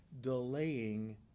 delaying